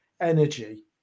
energy